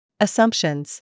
Assumptions